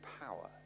power